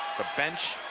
the bench